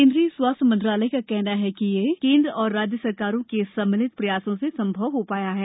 केंद्रीय स्वास्थ्य मंत्रालय का कहना है कि यह केंद्र और राज्य सरकारों के सम्मिलित प्रयासों से संभव हो पाया है